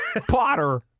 Potter